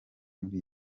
muri